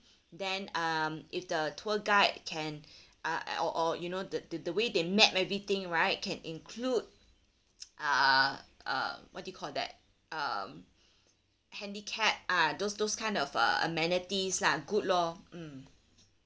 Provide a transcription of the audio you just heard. then um if the tour guide can uh or or you know the the the way they map everything right can include uh uh what do you call that um handicap ah those those kind of uh amenities lah good lor mm